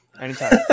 anytime